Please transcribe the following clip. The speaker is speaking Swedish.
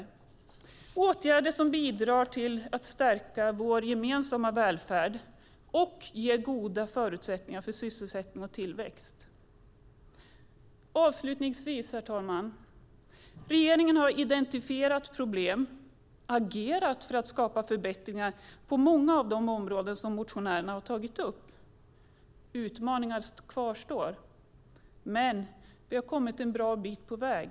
Det är åtgärder som bidrar till att stärka vår gemensamma välfärd och ger goda förutsättningar för sysselsättning och tillväxt. Avslutningsvis, herr talman: Regeringen har identifierat problem och agerat för att skapa förbättringar på många av de områden som motionärerna har tagit upp. Utmaningar kvarstår, men vi har kommit en bra bit på väg.